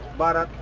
but